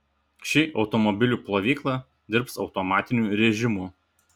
ši automobilių plovykla dirbs automatiniu rėžimu